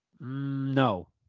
No